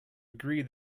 agree